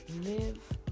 live